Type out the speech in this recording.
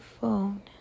phone